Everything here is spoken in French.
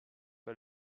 pas